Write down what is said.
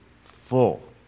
full